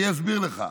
אני אסביר לך.